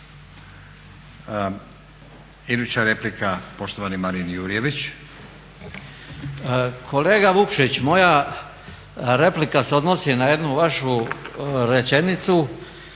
Iduća replika, poštovani Marin Jurjević. **Jurjević, Marin (SDP)** Kolega Vukšić moja replika se odnosi na jednu vašu rečenicu,